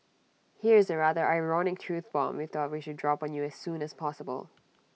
here's A rather ironic truth bomb we thought we should drop on you as soon as possible